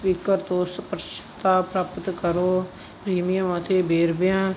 speaker ਤੋਂ ਸਪਸ਼ਟਤਾ ਪ੍ਰਾਪਤ ਕਰੋ ਪ੍ਰੀਮੀਅਮ ਅਤੇ ਵੇਰਵਿਆਂ